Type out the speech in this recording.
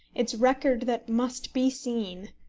its record that must be seen,